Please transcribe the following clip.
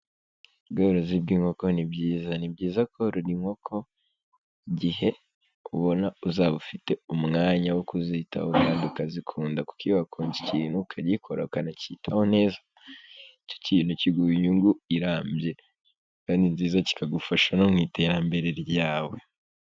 Ubworozi bw'inkoko ni byiza. Ni byiza korora inkoko igihe ubona uzaba ufite umwanya wo kuzitaho kandi ukazikunda kuko wakunze ikintu ukagikora ukanacyitaho neza icyo kintu kiguha inyungu irambye kandi nziza kikagufasha no mu iterambere ryawe.